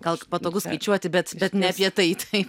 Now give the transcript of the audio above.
gal patogu skaičiuoti bet bet ne apie tai tai